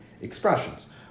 expressions